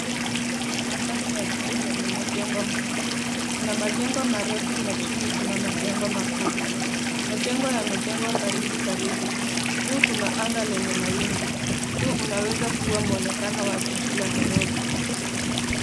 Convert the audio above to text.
Mandhari ya jiji lenye majengo mengi kuna majengo marefu na chini kuna majengo mafupi, majengo yamejengwa karibu juu kuna anga lenye mawingu huu unaweza kuwa muonekano wa jiji la Nairobi.